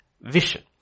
vision